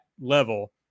level